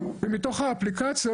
ומתוך האפליקציות,